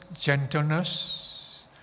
gentleness